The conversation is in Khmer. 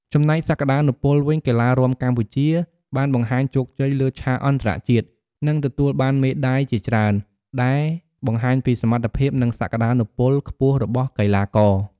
ចំណែកសក្ដានុពលវិញ កីឡារាំកម្ពុជាបានបង្ហាញជោគជ័យលើឆាកអន្តរជាតិ និងទទួលបានមេដៃជាច្រើន ដែលបង្ហាញពីសមត្ថភាព និងសក្តានុពលខ្ពស់របស់កីឡាករ។